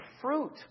fruit